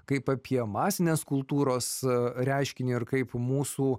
kaip apie masinės kultūros reiškinį ar kaip mūsų